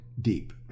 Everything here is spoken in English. deep